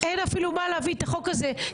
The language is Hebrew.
אין אפילו למה להביא את החוק הזה בקריאה ראשונה,